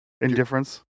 Indifference